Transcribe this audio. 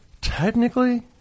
technically